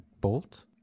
Bolt